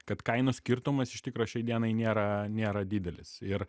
kad kainų skirtumas iš tikro šiai dienai nėra nėra didelis ir